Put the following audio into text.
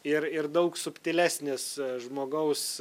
ir ir daug subtilesnis žmogaus